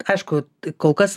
aišku kol kas